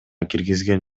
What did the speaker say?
киргизген